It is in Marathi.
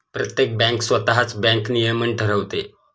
प्रत्येक बँक स्वतःच बँक नियमन ठरवते